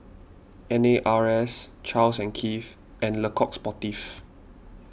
N A R S Charles and Keith and Le Coq Sportif